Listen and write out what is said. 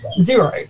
zero